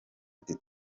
ati